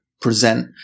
present